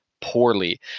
poorly